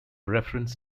reference